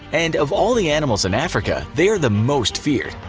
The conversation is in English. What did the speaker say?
and of all the animals in africa, they are the most feared.